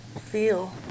feel